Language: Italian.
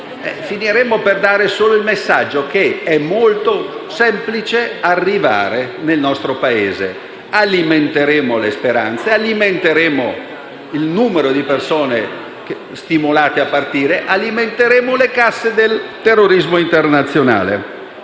finiremmo per dare solo il messaggio che è molto semplice arrivare nel nostro Paese; alimenteremmo le speranze; alimenteremmo il numero di persone stimolate a partire; alimenteremmo le casse del terrorismo internazionale.